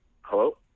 Hello